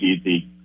easy